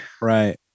right